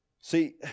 See